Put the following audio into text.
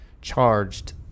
charged